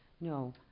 No